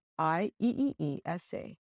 IEEESA